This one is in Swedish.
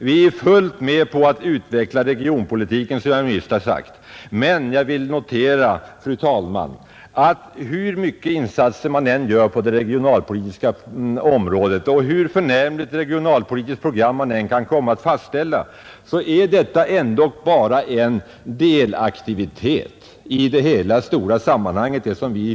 Vi är fullt med på att utveckla regionalpolitiken, som jag nyss sagt, men jag vill notera, fru talman, att hur många insatser man än gör på det regionalpolitiska området och hur förnämligt regionalpolitiskt program man än kan komma att fastställa, så är detta ändå en delaktivitet i det stora sammanhanget.